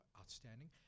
outstanding